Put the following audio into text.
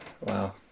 wow